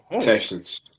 Texans